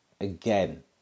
again